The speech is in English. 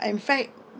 in fact